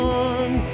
one